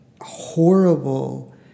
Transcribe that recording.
horrible